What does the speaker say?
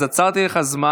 אז עצרתי לך את הזמן.